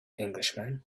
englishman